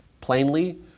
plainly